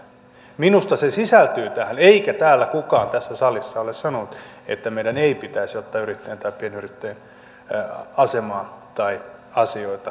minusta se sisältyy tähän eikä täällä kukaan tässä salissa ole sanonut että meidän ei pitäisi ottaa yrittäjän tai pienyrittäjän asemaa tai asioita huomioon